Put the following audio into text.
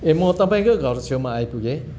ए म तपाईँकै घर छेउमा आइपुगेँ